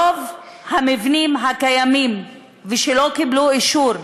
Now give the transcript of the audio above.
ששם רוב המבנים הקיימים ושלא קיבלו אישור,